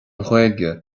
ghaeilge